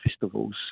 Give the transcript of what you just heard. festivals